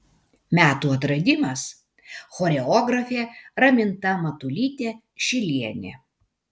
metų atradimas choreografė raminta matulytė šilienė